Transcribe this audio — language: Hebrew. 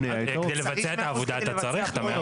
כדי לבצע את העבודה אתה צריך את ה-100